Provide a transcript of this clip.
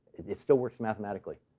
it still works mathematically.